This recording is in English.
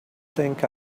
think